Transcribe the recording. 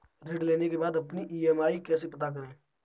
ऋण लेने के बाद अपनी ई.एम.आई कैसे पता करें?